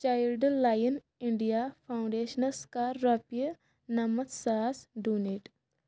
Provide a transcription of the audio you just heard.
child line India فاوُنٛڈیشنس کَر رۄپیہِ نمتھ ساس ڈونیٹ